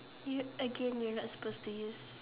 you again you're not supposed to use